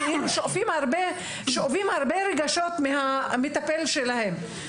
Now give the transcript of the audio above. שואבים הרבה רגשות מהמטפל שלהם.